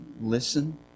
listen